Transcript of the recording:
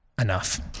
enough